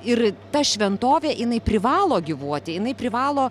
ir ta šventovė jinai privalo gyvuoti jinai privalo